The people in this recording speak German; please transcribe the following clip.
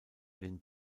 den